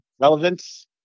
relevance